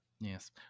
Yes